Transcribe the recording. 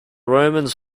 romans